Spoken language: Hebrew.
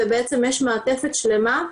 ובעצם יש מעטפת שלמה,